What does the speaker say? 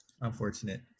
Unfortunate